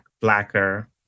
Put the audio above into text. Blacker